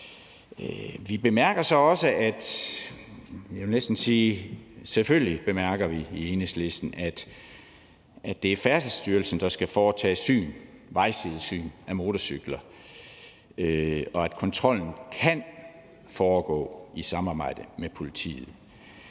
i Enhedslisten – at det er Færdselsstyrelsen, der skal foretage vejsidesyn af motorcykler, og at kontrollen kan foregå i samarbejde med politiet.